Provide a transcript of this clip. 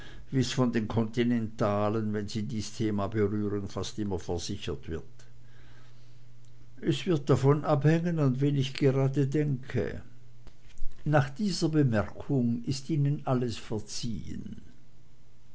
wie's von den kontinentalen wenn sie dies thema berühren fast immer versichert wird es wird davon abhängen an wen ich gerade denke nach dieser bemerkung ist ihnen alles verziehn